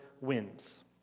wins